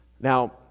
Now